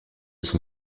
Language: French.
son